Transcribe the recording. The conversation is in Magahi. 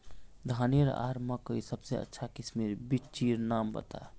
धानेर आर मकई सबसे अच्छा किस्मेर बिच्चिर नाम बता?